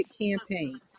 campaign